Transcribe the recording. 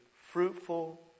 fruitful